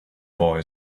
boy